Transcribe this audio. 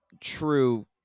true